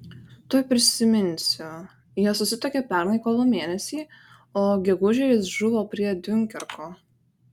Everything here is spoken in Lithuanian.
tuoj prisiminsiu jie susituokė pernai kovo mėnesį o gegužę jis žuvo prie diunkerko